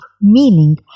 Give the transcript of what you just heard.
meaning